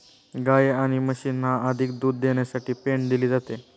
गायी आणि म्हशींना अधिक दूध देण्यासाठी पेंड दिली जाते